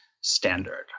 standard